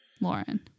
Lauren